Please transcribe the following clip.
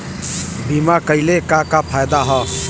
बीमा कइले का का फायदा ह?